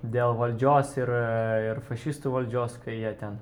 dėl valdžios ir ir fašistų valdžios kai jie ten